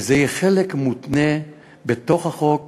וזה יהיה חלק מותנה בתוך החוק